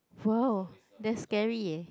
!wow! that's scary eh